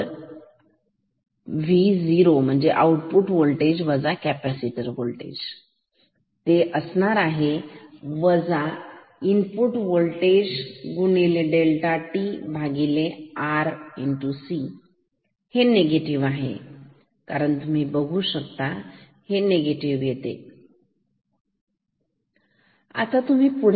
VN V0 Vc Vi ∆tRc हे negative आहे तुम्ही बघू शकता हे निगेटिव्ह आहे